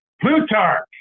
Plutarch